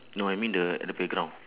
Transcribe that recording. no I mean the at the playground